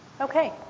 Okay